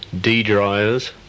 D-dryers